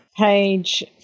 page